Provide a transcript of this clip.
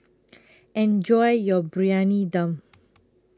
Enjoy your Briyani Dum